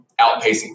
outpacing